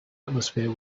atmosphere